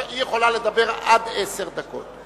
היא יכולה לדבר עד עשר דקות.